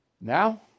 Now